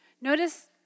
Notice